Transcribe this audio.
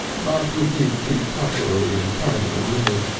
but with new cheap cutlery and china and linen,